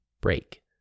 break